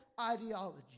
ideology